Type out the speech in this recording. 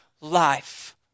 life